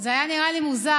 זה היה נראה לי מוזר.